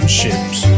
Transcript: ships